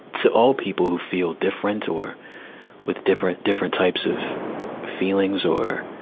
to all people who feel different or with different, different types of feelings or,